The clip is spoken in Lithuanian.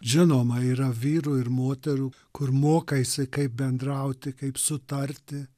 žinoma yra vyrų ir moterų kur mokaisi kaip bendrauti kaip sutarti